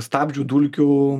stabdžių dulkių